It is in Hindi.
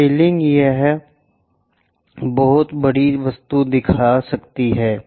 स्केलिंग या यह बहुत बड़ी वस्तु दिख सकती है